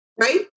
right